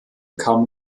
kam